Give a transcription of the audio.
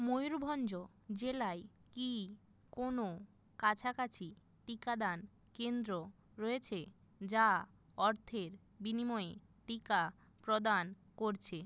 ময়ূরভঞ্জ জেলায় কি কোনও কাছাকাছি টিকাদান কেন্দ্র রয়েছে যা অর্থের বিনিময়ে টিকা প্রদান করছে